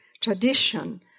tradition